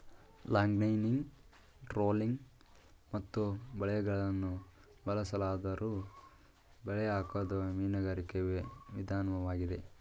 longlining trolling ಮತ್ತು ಬಲೆಗಳನ್ನು ಬಳಸಲಾದ್ದರೂ ಬಲೆ ಹಾಕೋದು ಮೀನುಗಾರಿಕೆ ವಿದನ್ವಾಗಿದೆ